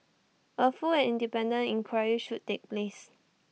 A full and independent inquiry should take place